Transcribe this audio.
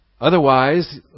Otherwise